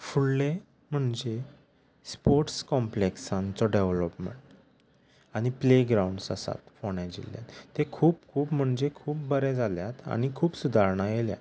फुडलें म्हणजे स्पोट्स कॉम्प्लॅक्सांचो डॅवलोपमँट आनी प्ले ग्रावण्स आसात फोणे जिल्ल्यात ते खूब खूब म्हणजे खूब बरे जाल्यात आनी खूब सुदारणां येयल्या